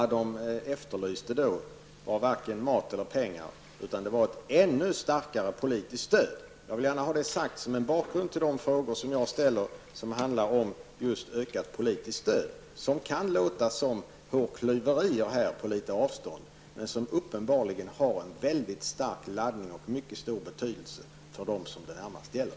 De efterlyste varken mat eller pengar utan ett ännu starkare politiskt stöd. Jag vill gärna ha detta sagt som en bakgrund till de frågor som jag ställer och som handlar just om ökat politiskt stöd. Det kan kanske låta som hårklyverier här på litet avstånd, men det har uppenbarligen en mycket stark laddning och en mycket stor betydelse för dem som det närmast gäller.